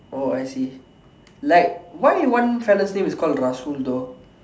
oh I see like why one fella's name is called Rasul though